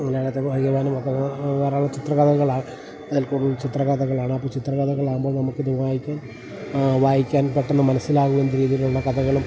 മലയാളത്തെ വായിക്കുവാനും ഒക്കെയുള്ള ധാരാളം ചിത്ര കഥകളാണ് അതിൽക്കൂടുതൽ ചിത്ര കഥകളാണ് അപ്പം ചിത്ര കഥകളാകുമ്പോൾ നമുക്കത് വായിക്കാൻ വായിക്കാൻ പെട്ടെന്ന് മനസ്സിലാകുന്ന രീതിയിലുള്ള കഥകളും